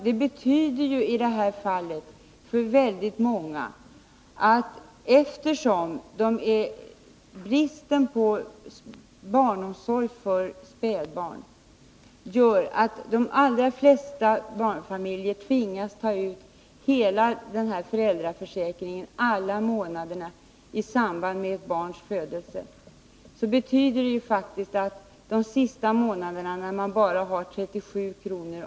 På grund av bristen på barnomsorg för spädbarn tvingas de allra flesta barnfamiljer att ta ut hela föräldraförsäkringen i samband med ett barns födelse. Det betyder faktiskt att de sista månaderna, när man bara har 37 kr.